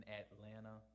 atlanta